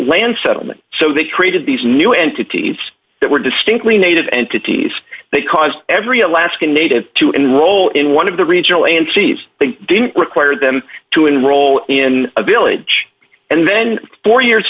land settlement so they created these new entities that were distinctly native entities they caused every alaska native to enroll in one of the regional and seeds they didn't require them to enroll in a village and then four years